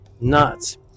nuts